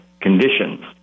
conditions